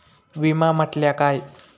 विमा म्हटल्या काय?